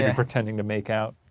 and pretending to make out.